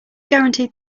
guaranteed